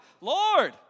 Lord